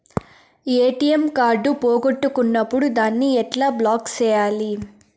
ATM card పోగొట్టుకున్నప్పుడు దాన్ని ఎట్లా బ్లాక్ సేయాలి